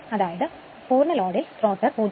അതായത് മുഴുവൻ ലോഡിൽ റോട്ടർ 0